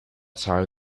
time